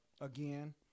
again